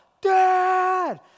Dad